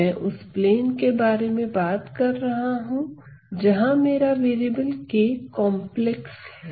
मैं उस प्लेन के बारे में बात कर रहा हूं जहां मेरा वेरिएबल k कॉम्प्लेक्स है